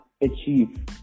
achieve